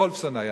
וולפסון היה.